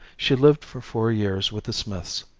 she lived for four years with the smiths.